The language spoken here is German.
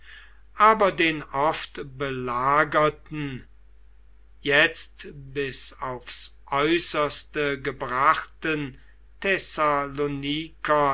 aber den oft belagerten jetzt bis aufs äußerste gebrachten